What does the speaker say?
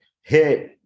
hit